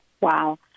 Wow